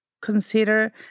consider